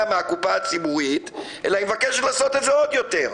מן הקופה הציבורית אלא היא מבקשת לעשות את זה עוד יותר.